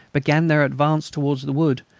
began their advance towards the wood,